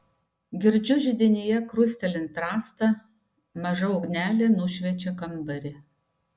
girdžiu židinyje krustelint rastą maža ugnelė nušviečia kambarį